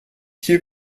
hier